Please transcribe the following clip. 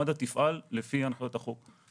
מד"א תפעל לפי הנחיות החוק.